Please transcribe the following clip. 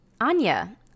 Anya